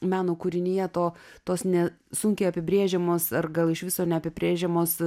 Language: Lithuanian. meno kūrinyje to tos ne sunkiai apibrėžiamos ar gal iš viso neapibrėžiamos